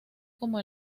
como